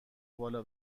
بالا